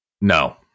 No